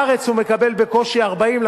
בארץ הוא מקבל בקושי 40,